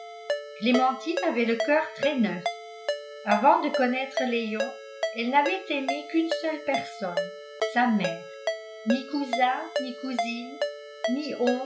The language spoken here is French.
clémentine avait le coeur très neuf avant de connaître léon elle n'avait aimé qu'une seule personne sa mère ni cousins ni cousines ni